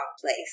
place